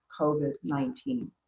COVID-19